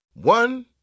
One